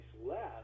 less